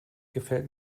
gefällt